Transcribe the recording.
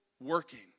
working